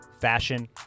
fashion